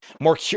more